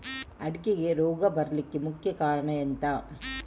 ಅಡಿಕೆಗೆ ರೋಗ ಬರ್ಲಿಕ್ಕೆ ಮುಖ್ಯ ಕಾರಣ ಎಂಥ?